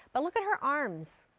but look at her arms.